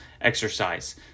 exercise